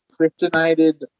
Kryptonited